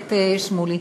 הכנסת שמולי.